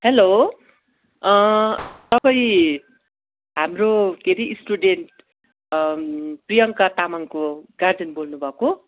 hello तपाईँ हाम्रो के हरे स्टुडेन्ट प्रियङ्का तामाङको गार्जेन बोल्नु भएको